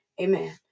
Amen